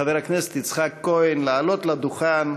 חבר הכנסת יצחק כהן לעלות לדוכן